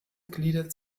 gliedert